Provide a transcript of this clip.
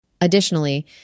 Additionally